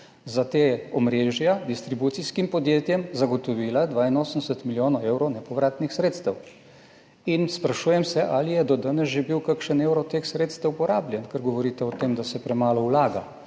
za ta omrežja distribucijskim podjetjem zagotovila 82 milijonov evrov nepovratnih sredstev. Sprašujem se, ali je do danes že bil kakšen evro teh sredstev porabljen, ker govorite o tem, da se premalo vlaga